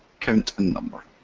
count, and number.